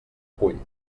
cull